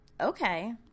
Okay